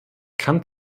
kann